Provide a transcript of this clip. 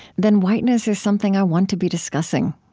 then whiteness is something i want to be discussing.